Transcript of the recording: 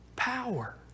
Power